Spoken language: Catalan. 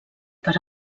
per